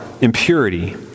impurity